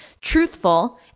truthful